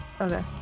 okay